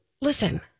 listen